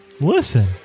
Listen